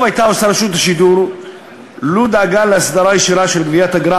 טוב הייתה עושה רשות השידור לו דאגה להסדרה ישירה של גביית אגרה